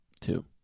two